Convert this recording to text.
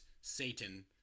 Satan